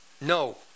No